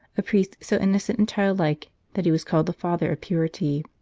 a priest so innocent and childlike that he was called the father of purity.